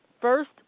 first